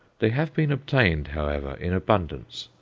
they have been obtained, however, in abundance,